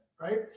right